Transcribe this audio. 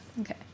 Okay